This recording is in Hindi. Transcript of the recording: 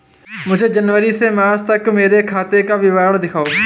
मुझे जनवरी से मार्च तक मेरे खाते का विवरण दिखाओ?